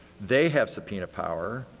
they have subpoena power.